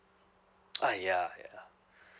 uh yeah yeah